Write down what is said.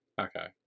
Okay